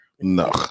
no